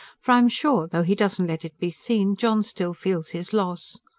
for i'm sure, though he doesn't let it be seen, john still feels his loss.